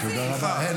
סליחה.